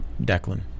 Declan